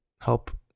help